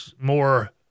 more